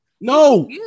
No